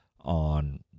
on